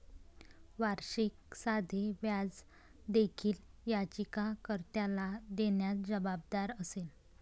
वार्षिक साधे व्याज देखील याचिका कर्त्याला देण्यास जबाबदार असेल